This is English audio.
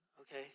okay